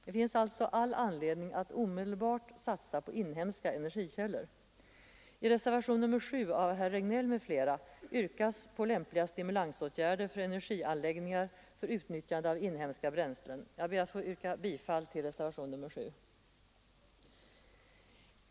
Det finns alltså anledning att omedelbart satsa på inhemska energikällor. I reservationen 7 av herr Regnéll m.fl. yrkas på lämpliga stimulansåtgärder avseende energianläggningar för utnyttjande av inhemska bränslen. Jag ber att få yrka bifall till den reservationen.